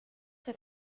der